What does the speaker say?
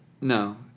No